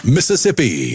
Mississippi